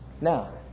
Now